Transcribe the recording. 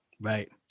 Right